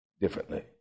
differently